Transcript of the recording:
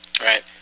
Right